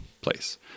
place